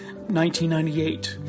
1998